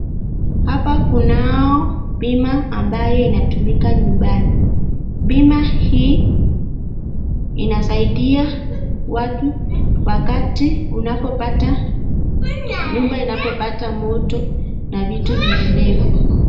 Hapa kunao bima ambayo inatumika nyumbani. Bima hii inasaidia watu wakati nyumba inapopata moto na vitu vinginevyo.